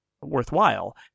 worthwhile